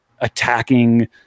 attacking